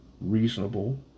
reasonable